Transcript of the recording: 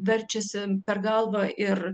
verčiasi per galvą ir